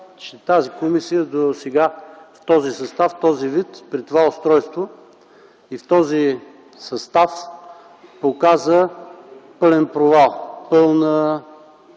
че тази комисия досега в този състав, в този вид, при това устройство показа пълен провал, пълна,